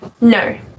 No